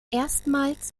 erstmals